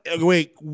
Wait